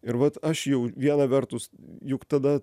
ir vat aš viena vertus juk tada